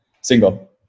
single